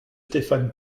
stéphane